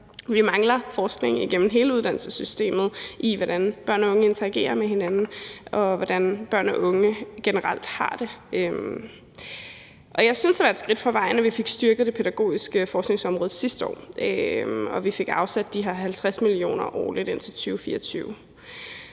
vi mangler forskning igennem hele uddannelsessystemet i, hvordan børn og unge interagerer, og hvordan børn og unge generelt har det. Jeg synes, at det var et skridt på vejen, at vi fik styrket det pædagogiske forskningsområde sidste år, og at vi afsat de her 50 mio. kr. årligt indtil 2024,